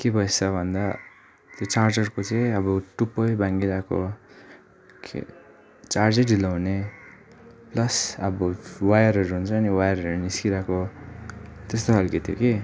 के भएछ भन्दा त्यो चार्जरको चाहिँ अब टुप्पै बाङ्गिइरहेको क्या चार्जै ढिलो हुने प्लस अब वायरहरू हुन्छ नि वायरहरू निस्किरहेको त्यस्तो खालके थियो कि